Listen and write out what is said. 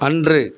அன்று